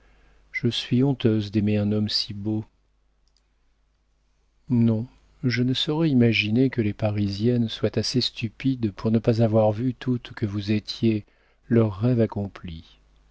je suis honteuse d'aimer un homme si beau non je ne saurais imaginer que les parisiennes soient assez stupides pour ne pas avoir vu toutes que vous étiez leur rêve accompli